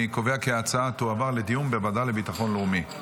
אני קובע כי ההצעה תעבור לדיון בוועדה לביטחון לאומי.